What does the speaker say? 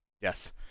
Yes